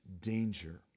danger